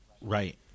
Right